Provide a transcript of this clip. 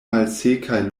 malsekaj